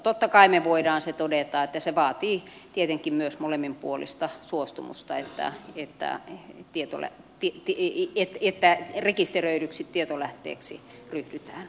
totta kai me voimme todeta että se vaatii tietenkin myös molemminpuolista suostumusta että rekisteröidyksi tietolähteeksi ryhdytään